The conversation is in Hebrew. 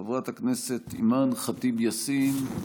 חברת הכנסת אימאן ח'טיב יאסין,